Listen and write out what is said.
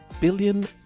billion